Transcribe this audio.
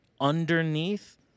underneath